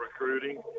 recruiting